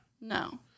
No